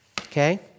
Okay